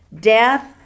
Death